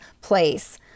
place